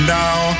now